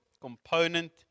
component